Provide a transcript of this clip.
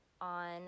on